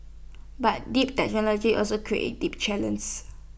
but deep technology also creates deep challenges